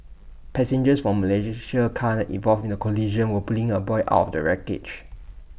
passengers from A Malaysian car involved in the collision were pulling A boy out of the wreckage